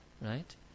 right